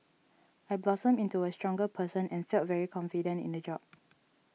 I blossomed into a stronger person and felt very confident in the job